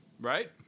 right